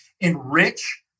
enrich